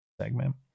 segment